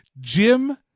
Jim